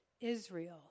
Israel